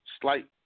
slight